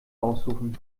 aussuchen